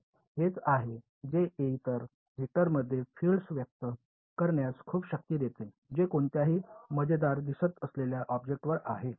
तर हेच आहे जे इतर वेक्टरमध्ये फील्ड व्यक्त करण्यास खूप शक्ती देते जे कोणत्याही मजेदार दिसत असलेल्या ऑब्जेक्टवर आहे